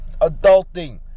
adulting